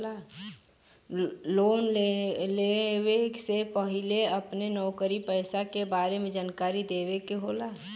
Loan लेवे से पहिले अपना नौकरी पेसा के बारे मे जानकारी देवे के होला?